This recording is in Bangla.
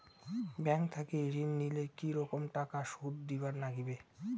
ব্যাংক থাকি ঋণ নিলে কি রকম টাকা সুদ দিবার নাগিবে?